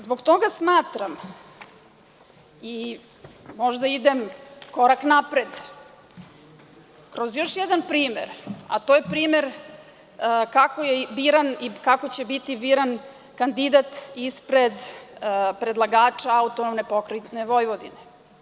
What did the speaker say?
Zbog toga smatram i možda idem korak napred, kroz još jedan primer, a to je primer kako je biran i kako će biti biran kandidat ispred predlagača AP Vojvodine.